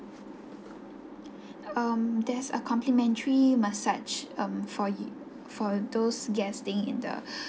um there's a complimentary massage um for you for those guesting in the